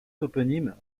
toponymes